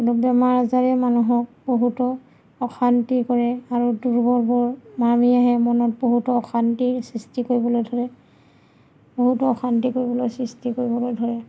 বেমাৰ আজাৰে মানুহক বহুতো অশান্তি কৰে আৰু দুৰ্বলবোৰ নামি আহে মনত বহুতো অশান্তিৰ সৃষ্টি কৰিবলৈ ধৰে বহুতো অশান্তি কৰিবলৈ সৃষ্টি কৰিবলৈ ধৰে